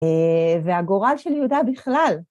והגורל שלי יודע בכלל.